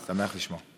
אני שמח לשמוע.